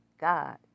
God